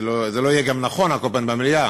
זה גם לא יהיה נכון, על כל פנים, במליאה.